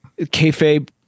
kayfabe